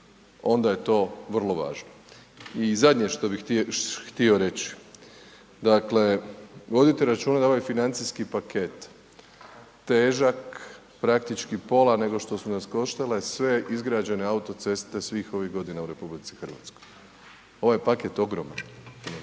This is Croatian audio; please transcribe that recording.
onda je to vrlo važno. I zadnje što bih htio reći, dakle vodite računa da je ovaj financijski paket težak praktički pola nego što su nas koštale sve izgrađene autoceste svih ovih godina u RH. Ovaj paket je ogroman